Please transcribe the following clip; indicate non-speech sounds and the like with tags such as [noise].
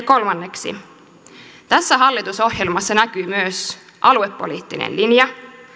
[unintelligible] kolmanneksi tässä hallitusohjelmassa näkyy myös aluepoliittinen linja